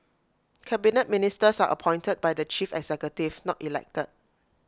Cabinet Ministers are appointed by the chief executive not elected